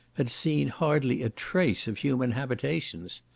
had seen hardly a trace of human habitations.